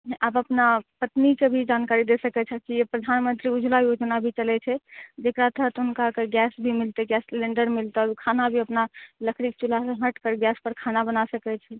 आप अपना पत्नीके भी जानकारी दऽ सकैत छह कि प्रधानमन्त्री उज्ज्वला योजना भी चलै छै जेकरा तहत हुनकाके गैस भी मिलतै गैस सिलेण्डर मिलतै खाना भी अपना लकड़ीके चूल्हा से हटि कर गैस पर खाना बना सकैत छै